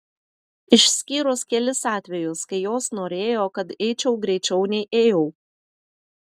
išskyrus kelis atvejus kai jos norėjo kad eičiau greičiau nei ėjau